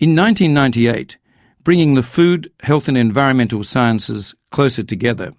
ninety ninety eight bringing the food, health and environmental sciences closer together